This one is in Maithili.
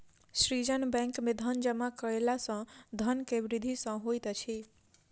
सृजन बैंक में धन जमा कयला सॅ धन के वृद्धि सॅ होइत अछि